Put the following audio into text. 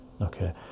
okay